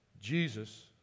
Jesus